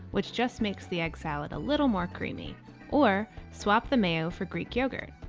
which just makes the egg salad a little more creamy or swap the mayo for greek yogurt.